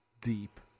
deep